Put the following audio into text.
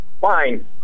Fine